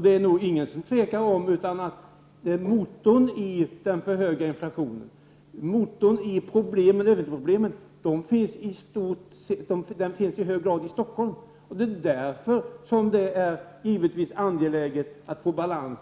Det är nog ingen som tvivlar på att motorn i den för höga inflationen och i övriga problem i hög grad finns i Stockholm. Det är därför som det givetvis är angeläget att få balans